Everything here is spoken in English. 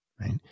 right